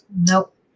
Nope